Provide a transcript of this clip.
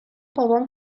بابام